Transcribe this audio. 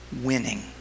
Winning